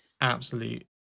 Absolute